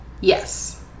Yes